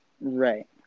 Right